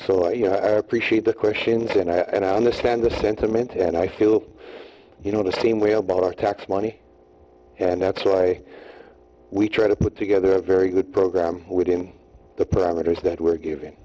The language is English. know i appreciate the question and i understand the sentiment and i can look you know the same way about our tax money and that's why we try to put together a very good program within the parameters that we're giv